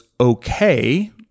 okay